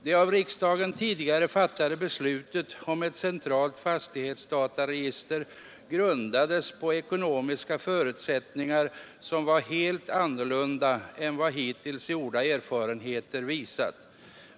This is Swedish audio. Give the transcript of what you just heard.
Det av riksdagen tidigare fattade beslutet om ett centralt fastighetsdataregister grundades på ekonomiska förutsättningar som var helt annorlunda än vad hittills gjorda erfarenheter visat.